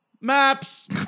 MAPS